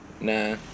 Nah